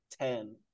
Ten